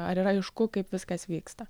ar yra aišku kaip viskas vyksta